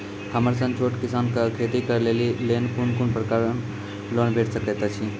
हमर सन छोट किसान कअ खेती करै लेली लेल कून कून प्रकारक लोन भेट सकैत अछि?